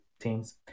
teams